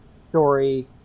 story